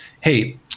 hey